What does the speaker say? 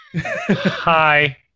Hi